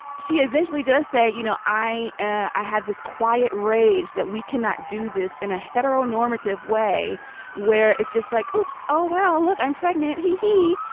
she eventually does say you know i i have this quiet rage that we cannot do this in a hetero normative way where it's just like whoops oh well look i'm pregnant. hee hee.